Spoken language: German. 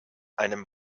einem